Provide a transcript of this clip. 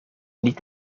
niet